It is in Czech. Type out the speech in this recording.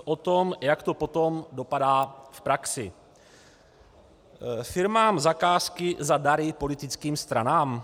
O tom, jak to potom dopadá v praxi: Firmám zakázky za dary politickým stranám?